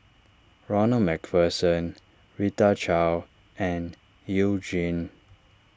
Ronald MacPherson Rita Chao and You Jin